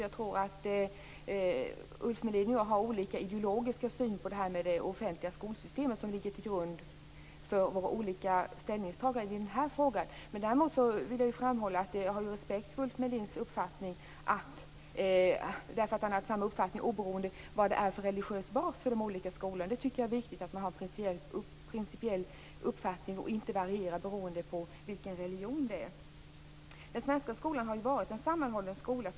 Jag tror att Ulf Melin och jag har olika ideologisk syn på det offentliga skolsystemet, och det ligger till grund för våra olika ställningstaganden i denna fråga. Däremot vill jag framhålla att jag har respekt för Ulf Melins uppfattning därför att han har haft samma uppfattning oberoende av vilken religiös bas de olika skolorna haft. Jag tycker att det är viktigt att man har en principiell uppfattning som inte varierar beroende på vilken religion det gäller. Den svenska skolan har varit en sammanhållen skola.